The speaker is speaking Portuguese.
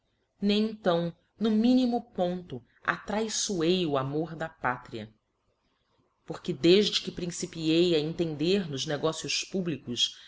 nem então no minimo ponto atraiçoei o amor da pátria porque defde que j rincipiei a entender nos negócios públicos